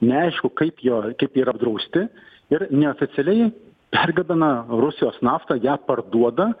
neaišku kaip jo kaip yra apdrausti ir neoficialiai pergabena rusijos naftą ją parduoda